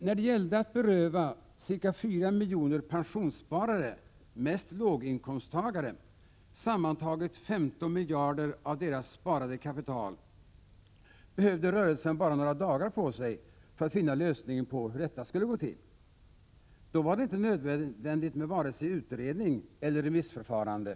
När det gällde att beröva ca fyra miljoner pensionssparare, mest låginkomsttagare, sammantaget 15 miljarder av deras sparade kapital, behövde rörelsen bara några dagar på sig för att finna lösningen på hur detta skulle gå till. Då var det inte nödvändigt med vare sig utredning eller remissförfarande.